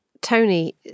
Tony